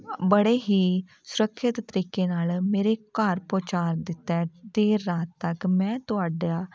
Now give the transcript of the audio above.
ਬੜੇ ਹੀ ਸੁਰੱਖਿਅਤ ਤਰੀਕੇ ਨਾਲ ਮੇਰੇ ਘਰ ਪਹੁੰਚਾ ਦਿੱਤਾ ਅਤੇ ਰਾਤ ਤੱਕ ਮੈਂ ਤੁਹਾਡਾ